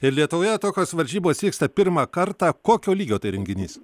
ir lietuvoje tokios varžybos vyksta pirmą kartą kokio lygio tai renginys